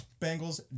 Bengals